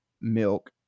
milk